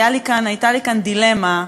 הייתה לי כאן דילמה,